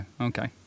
okay